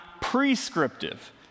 prescriptive